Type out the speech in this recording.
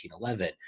1911